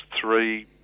three